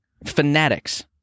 Fanatics